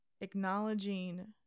acknowledging